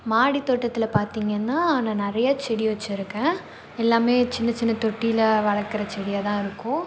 மாடித் தோட்டத்தில் நான் நிறையா செடி வச்சுருக்கேன் எல்லாமே சின்னச் சின்ன தொட்டியில் வளர்க்குற செடியாகதான் இருக்கும்